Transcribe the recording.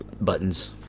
buttons